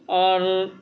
اور